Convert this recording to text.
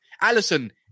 Allison